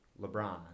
LeBron